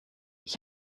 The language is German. ich